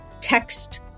text